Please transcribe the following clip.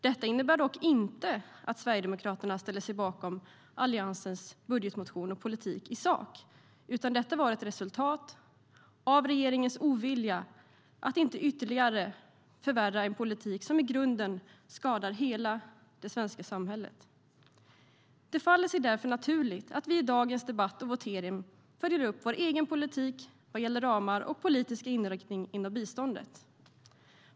Detta innebär dock inte att Sverigedemokraterna ställer sig bakom Alliansens budgetmotion och politik i sak, utan det var ett resultat av regeringens ovilja att inte ytterligare förvärra en politik som i grunden skadar hela det svenska samhället. Det faller sig därför naturligt att vi i dagens debatt och votering följer upp vår egen politik vad gäller ramar och politisk inriktning inom biståndet.